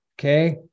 okay